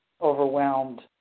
overwhelmed